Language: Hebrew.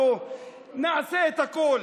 אנחנו נעשה את הכול